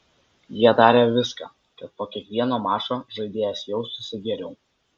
jie darė viską kad po kiekvieno mačo žaidėjas jaustųsi geriau